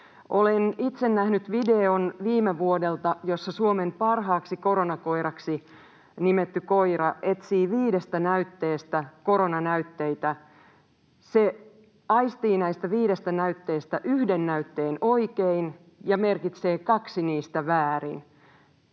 Olen itse nähnyt videon viime vuodelta, jossa Suomen parhaaksi koronakoiraksi nimetty koira etsii viidestä näytteestä koronanäytteitä. Se aistii näistä viidestä näytteestä yhden näytteen oikein ja merkitsee kaksi niistä väärin.